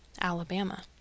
Alabama